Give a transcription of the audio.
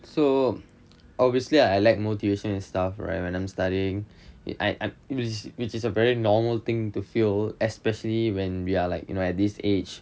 so obviously I lack motivation and stuff right when I'm studying I I which is a very normal thing to feel especially when we are like you know at this age